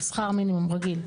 שכר מינימום רגיל.